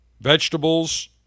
vegetables